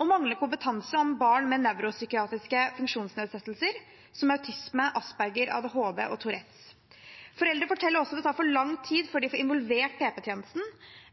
og manglende kompetanse om barn med nevropsykiatriske funksjonsnedsettelser som autisme, Asperger, ADHD og Tourettes. Foreldre forteller også at det tar for lang tid før de får involvert PP-tjenesten,